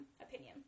opinion